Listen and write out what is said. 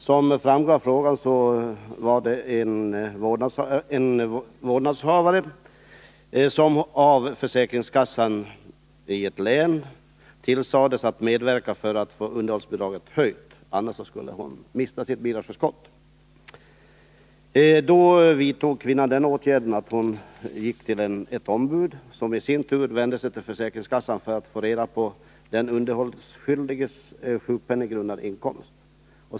Som framgått rör det sig om en vårdnadshavare som av försäkringskassan i ett län tillsagts att medverka till att få underhållsbidraget höjt, annars skulle hon mista sitt bidragsförskott. Kvinnan vidtog åtgärden att vända sig till ett ombud, som i sin tur vände sig till försäkringskassan för att få reda på den underhållsskyldiges sjukpenninggrundande inkomst.